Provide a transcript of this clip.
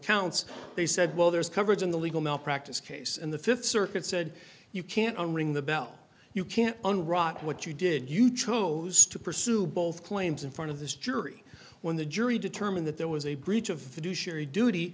counts they said well there's coverage in the legal malpractise case and the fifth circuit said you can't unring the bell you can't an write what you did you chose to pursue both claims in front of this jury when the jury determined that there was a breach of the du